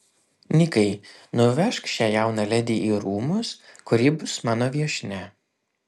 nikai nuvežk šią jauną ledi į rūmus kur ji bus mano viešnia